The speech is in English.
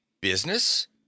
Business